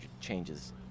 changes